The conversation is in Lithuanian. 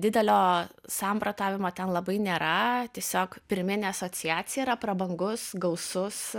didelio samprotavimo ten labai nėra tiesiog pirminė asociacija yra prabangus gausus